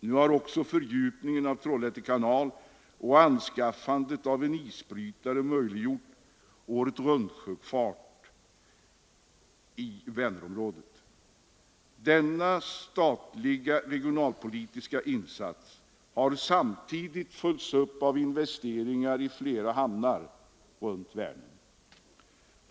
Nu har fördjupningen av Trollhätte kanal och anskaffandet av en isbrytare möjliggjort åretruntsjöfart i Vänerområdet. Denna statliga regionalpolitiska insats har samtidigt följts upp av investeringar i flera hamnar runt Vänern.